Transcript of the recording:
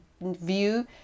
view